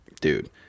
Dude